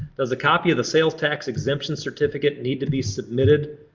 does a copy of the sales tax exemption certificate need to be submitted